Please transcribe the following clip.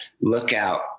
lookout